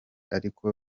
ariko